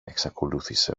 εξακολούθησε